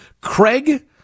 Craig